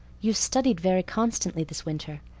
you've studied very constantly this winter.